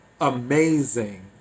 amazing